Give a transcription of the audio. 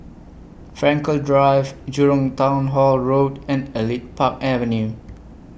Frankel Drive Jurong Town Hall Road and Elite Park Avenue